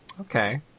Okay